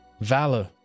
Valor